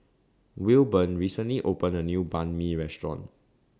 Wilburn recently opened A New Banh MI Restaurant